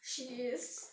she is